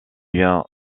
vient